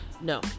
No